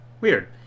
Weird